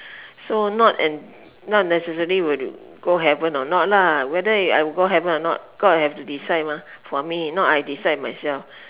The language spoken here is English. so not and not necessary will go heaven or not lah whether I go heaven or not god have to decide mah for me not I decide myself